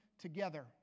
together